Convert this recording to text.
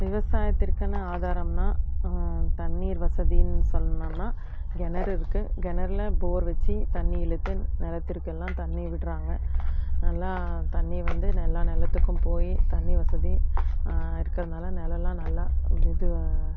விவசாயத்திற்குனா ஆதாரம்னால் தண்ணீர் வசதினு சொன்னோம்னா கிணறு இருக்குது கிணறுல போர் வெச்சு தண்ணி இழ்த்து நிலத்திற்கு எல்லாம் தண்ணி விடறாங்க நல்லா தண்ணி வந்து எல்லா நிலத்துக்கும் போயி தண்ணி வசதி வ இருக்கிறதுனால நிலலாம் நல்லா இது